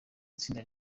itsinda